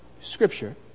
scripture